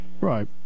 Right